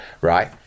Right